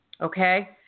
okay